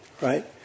right